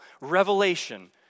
Revelation